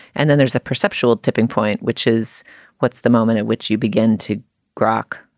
and then there's a perceptual tipping point, which is what's the moment at which you begin to grok,